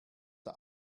der